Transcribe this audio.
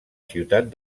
ciutat